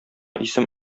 исем